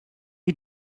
you